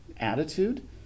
attitude